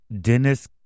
Dennis